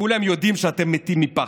כולם יודעים שאתם מתים מפחד.